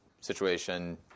situation